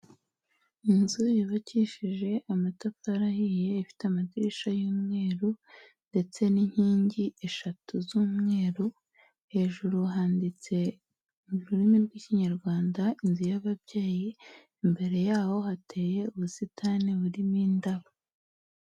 Inzu yubakishije amatafari ahiye ifite amadirisha y'umweru ndetse n'inkingi eshatu z'umweru, hejuru handitse mu rurimi rw'Ikinyarwanda inzu y'ababyeyi, imbere yaho hateye ubusitani burimo indabo.